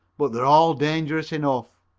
but they are all dangerous enough.